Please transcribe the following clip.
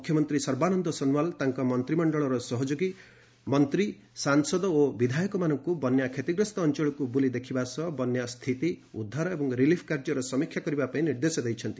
ମୁଖ୍ୟମନ୍ତ୍ରୀ ସର୍ବାନନ୍ଦ ସୋନୱାଲ୍ ତାଙ୍କ ମନ୍ତ୍ରିମଣ୍ଡଳର ସହଯୋଗୀ ମନ୍ତ୍ରୀ ସାଂସଦ ଓ ବିଧାୟକମାନଙ୍କୁ ବନ୍ୟା କ୍ଷତିଗ୍ରସ୍ତ ଅଞ୍ଚଳକୁ ବୁଲି ଦେଖିବା ସହ ବନ୍ୟା ସ୍ଥିତି ଉଦ୍ଧାର ଏବଂ ରିଲିଫ୍ କାର୍ଯ୍ୟର ସମୀକ୍ଷା କରିବା ପାଇଁ ନିର୍ଦ୍ଦେଶ ଦେଇଛନ୍ତି